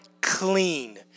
clean